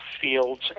fields